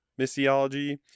missiology